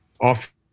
off